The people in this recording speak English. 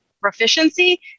proficiency